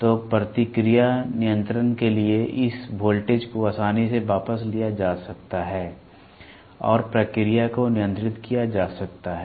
तो प्रतिक्रिया नियंत्रण के लिए इस वोल्टेज को आसानी से वापस लिया जा सकता है और प्रक्रिया को नियंत्रित किया जा सकता है